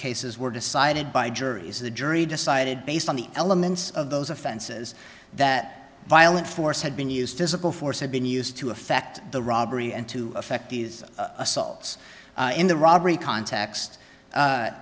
cases were decided by juries the jury decided based on the elements of those offenses that violent force had been used physical force had been used to effect the robbery and to effect these assaults in the robbery cont